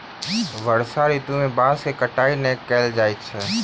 वर्षा ऋतू में बांसक कटाई नै कयल जाइत अछि